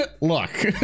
look